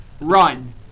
Run